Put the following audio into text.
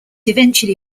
eventually